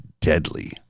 deadly